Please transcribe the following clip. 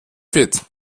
fit